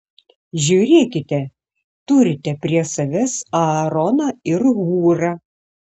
žiūrėkite turite prie savęs aaroną ir hūrą